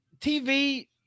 tv